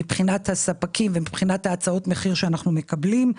מבחינת הספקים ומבחינת הצעות המחיר שאנחנו מקבלים.